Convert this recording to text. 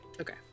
Okay